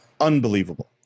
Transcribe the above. Unbelievable